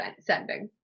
sending